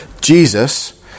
jesus